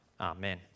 amen